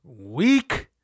Weak